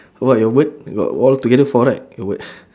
how about your bird you got altogether four right your bird